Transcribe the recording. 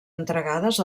entregades